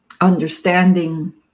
understanding